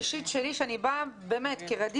אני אגיד לך מה התחושה האישית שלי כשאני באה באמת כע'דיר,